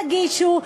תגישו.